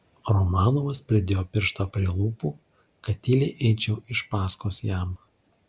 romanovas pridėjo pirštą prie lūpų kad tyliai eičiau iš paskos jam